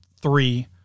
three